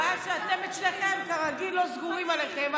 הבעיה היא שאתם אצלכם לא סגורים על עצמכם,